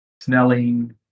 Snelling